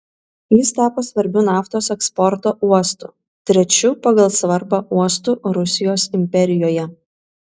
jis tapo svarbiu naftos eksporto uostu trečiu pagal svarbą uostu rusijos imperijoje